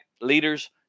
leaders